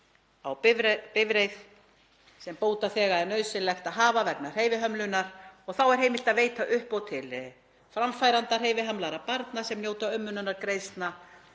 á bifreið sem bótaþega er nauðsyn að hafa vegna hreyfihömlunar. Þá er heimilt að veita uppbót til framfærenda hreyfihamlaðra barna sem njóta umönnunargreiðslna.